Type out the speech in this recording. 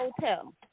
hotel